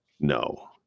no